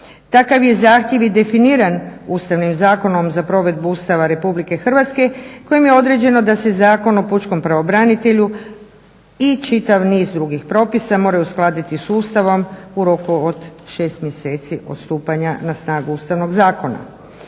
Takav je zahtjev i definiran ustavnim zakonom za provedbu Ustava Republike Hrvatske kojim je određeno da se Zakon o pučkom pravobranitelju i čitav niz drugih propisa moraju uskladiti s Ustavom u roku od 6 mjeseci od stupanja na snagu Ustavnog zakona.